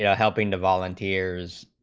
yeah helping the volunteers,